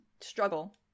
Struggle